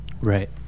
right